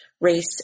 race